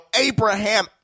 Abraham